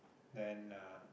then uh